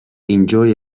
enjoy